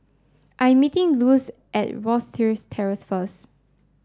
I'm meeting Luz at Terrace first